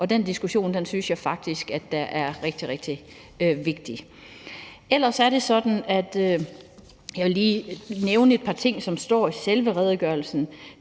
Den diskussion synes jeg faktisk er rigtig, rigtig vigtig. Jeg vil lige nævne et par ting, som står i selve redegørelsen.